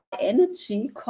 energy